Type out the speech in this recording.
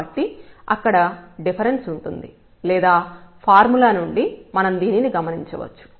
కాబట్టి అక్కడ డిఫరెన్స్ ఉంటుంది లేదా ఫార్ములా నుండి మనం దీనిని గమనించవచ్చు